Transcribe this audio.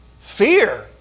Fear